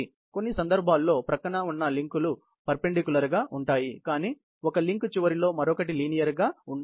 కొన్ని సందర్భాల్లో ప్రక్కనే ఉన్న లింకులు పెర్ఫెన్దిక్యూలర్ గా ఉంటాయి కానీ ఒక లింక్ చివరిలో మరొకటి లీనియర్ గా జారిపోతుంది